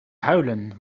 huilen